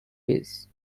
piece